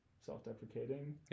self-deprecating